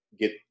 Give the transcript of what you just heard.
get